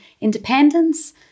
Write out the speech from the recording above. independence